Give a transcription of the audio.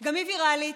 ויראלית,